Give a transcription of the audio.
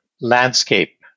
landscape